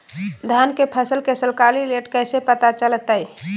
धान के फसल के सरकारी रेट कैसे पता चलताय?